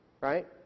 Right